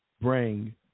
bring